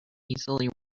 easily